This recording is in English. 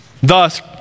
Thus